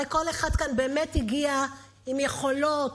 הרי כל אחד כאן באמת הגיע עם יכולות,